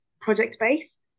project-based